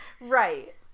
right